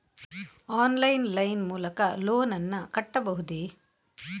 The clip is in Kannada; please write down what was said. ಆನ್ಲೈನ್ ಲೈನ್ ಮೂಲಕ ಲೋನ್ ನನ್ನ ಕಟ್ಟಬಹುದೇ?